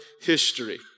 history